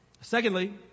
Secondly